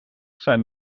zijn